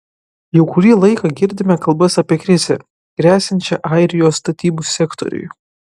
jau kurį laiką girdime kalbas apie krizę gresiančią airijos statybų sektoriui